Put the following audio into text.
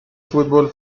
fútbol